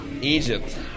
Egypt